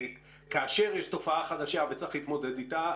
כאשר יש תופעה חדשה וצריך להתמודד איתה,